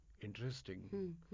interesting